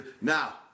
Now